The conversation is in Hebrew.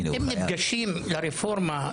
אתם נפגשים לרפורמה,